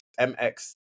MX